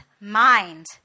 mind